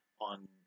on